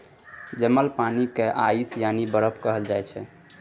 जमल पानि केँ आइस यानी बरफ कहल जाइ छै